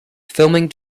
filming